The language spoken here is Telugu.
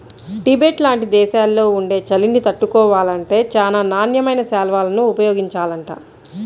టిబెట్ లాంటి దేశాల్లో ఉండే చలిని తట్టుకోవాలంటే చానా నాణ్యమైన శాల్వాలను ఉపయోగించాలంట